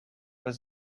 was